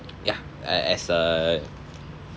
ya a~ as uh